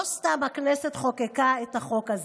לא סתם הכנסת חוקקה את החוק הזה.